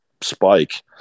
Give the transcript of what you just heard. spike